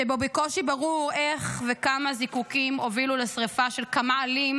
שבו בקושי ברור איך וכמה זיקוקים הובילו לשרפה של כמה עלים,